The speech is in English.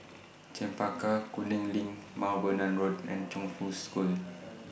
Chempaka Kuning LINK Mount Vernon Road and Chongfu School